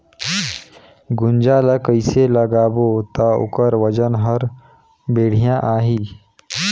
गुनजा ला कइसे लगाबो ता ओकर वजन हर बेडिया आही?